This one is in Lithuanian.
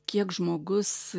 kiek žmogus